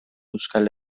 euskal